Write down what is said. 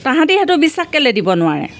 তাহাঁতি সেইেটো বিশ্বাস কেলে দিব নোৱাৰে